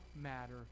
matter